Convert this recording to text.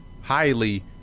highly